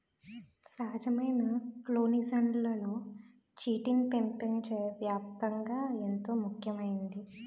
సహజమైన కొల్లిజన్లలో చిటిన్ పెపంచ వ్యాప్తంగా ఎంతో ముఖ్యమైంది